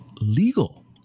legal